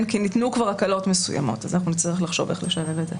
כי ניתנו כבר הקלות מסוימות אז נצטרך לחשוב איך לשלב את זה.